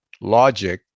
logic